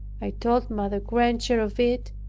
i told mother granger of it,